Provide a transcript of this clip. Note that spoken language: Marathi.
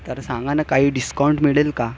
तर सांगा ना काही डिस्काउंट मिळेल का